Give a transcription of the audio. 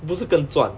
不是更赚